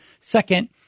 second